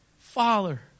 father